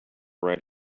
right